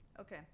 Okay